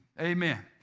Amen